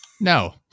No